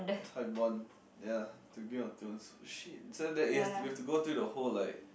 that's how we bond ya through Game-of-Thrones shit so that is we have to go through the whole like